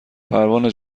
پروانه